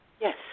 Yes